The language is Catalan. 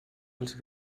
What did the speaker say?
als